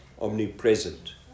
omnipresent